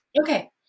okay